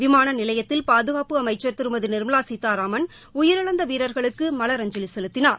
விமான நிலையத்தில் பாதுகாப்பு அமைச்சர் திருமதி நிர்மவா சீதாராமன் உயிரிழந்த வீரர்களுக்கு மலரஞ்சலி செலுத்தினார்